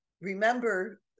remember